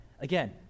again